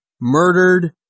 murdered